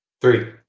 Three